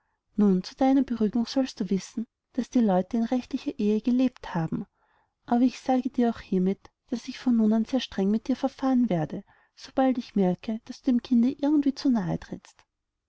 nun zu deiner beruhigung sollst du wissen daß die leute in rechtlicher ehe gelebt haben aber ich sage dir auch hiermit daß ich von nun an sehr streng mit dir verfahren werde sobald ich merke daß du dem kinde irgendwie zu nahe trittst